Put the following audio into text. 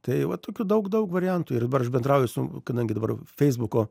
tai va tokių daug daug variantų ir dabar aš bendrauju su kadangi dabar feisbuko